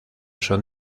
son